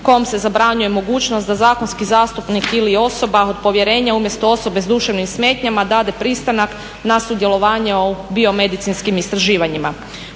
kojom se zabranjuje mogućnost da zakonski zastupnik ili osoba od povjerenja umjesto osobe sa duševnim smetnjama dade pristanak na sudjelovanje o biomedicinskim istraživanjima.